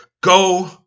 Go